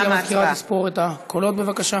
גברתי המזכירה תספור את הקולות, בבקשה.